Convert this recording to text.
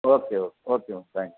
okay okay okay ma'am thanks